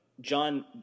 John